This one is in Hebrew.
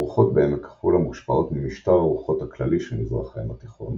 הרוחות בעמק החולה מושפעות ממשטר הרוחות הכללי של מזרח הים התיכון,